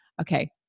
Okay